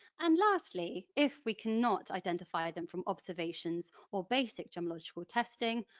and lastly if we cannot identify them from observations or basic gemmological testing,